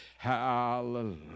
Hallelujah